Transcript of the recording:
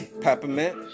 Peppermint